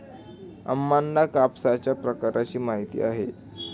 अम्मांना कापसाच्या प्रकारांची माहिती आहे